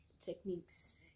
techniques